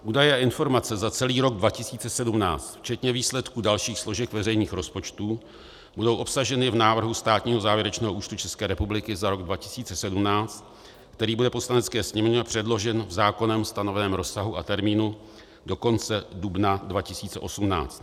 Údaje a informace za celý rok 2017 včetně výsledků dalších složek veřejných rozpočtů budou obsaženy v návrhu státního závěrečného účtu České republiky za rok 2017, který bude Poslanecké sněmovně předložen v zákonem stanoveném rozsahu a termínu do konce dubna 2018.